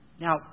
Now